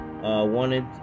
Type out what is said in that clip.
wanted